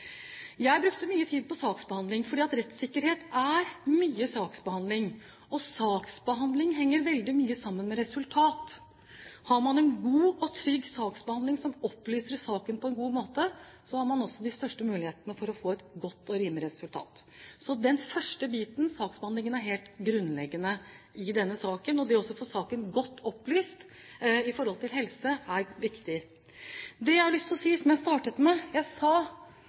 Jeg brukte mye tid på saksbehandling, fordi rettssikkerhet er mye saksbehandling, og saksbehandling henger veldig mye sammen med resultat. Har man en god og trygg saksbehandling som opplyser saken på en god måte, har man også de største mulighetene for å få et godt og rimelig resultat. Så den første biten i saksbehandlingen er helt grunnleggende i denne saken, og det å få saken godt opplyst i forhold til helse er viktig. Det jeg har lyst til å si, som jeg startet med, er at jeg